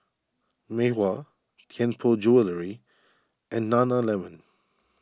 Mei Hua Tianpo Jewellery and Nana Lemon